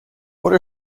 what